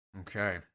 Okay